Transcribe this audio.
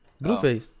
Blueface